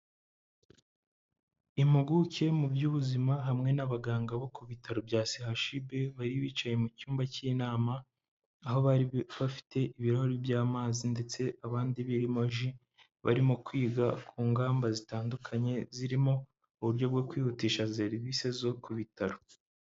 Impuguke mu by'ubuzima hamwe n'abaganga bo ku bitaro bya CHUB bari bicaye mu cyumba cy'inama, aho bari bafite ibirahure by'amazi ndetse abandi birimo ji, barimo kwiga ku ngamba zitandukanye zirimo uburyo bwo kwihutisha serivise zo ku bitaro.